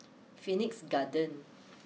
Phoenix Garden